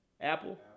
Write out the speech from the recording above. Apple